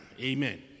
Amen